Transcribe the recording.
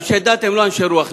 אנשי דת הם לא אנשי רוח,